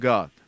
God